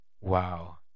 Wow